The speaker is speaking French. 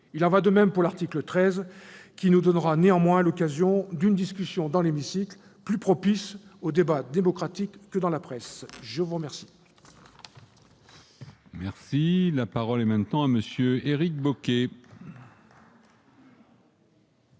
Il en va de même pour l'article 13, qui nous donnera néanmoins l'occasion d'une discussion dans l'hémicycle, plus propice au débat démocratique que dans la presse ! La parole